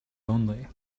only